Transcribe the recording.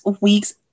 week's